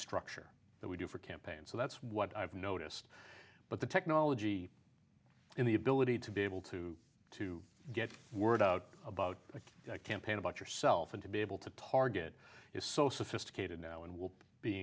structure that we do for campaigns so that's what i've noticed but the technology in the ability to be able to to get word out about a campaign about yourself and to be able to target is so sophisticated now and will be